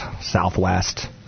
Southwest